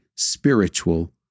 Spiritual